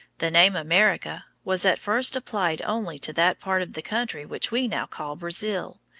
the name america was at first applied only to that part of the country which we now call brazil,